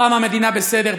פעם המדינה בסדר,